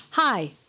Hi